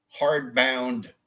hardbound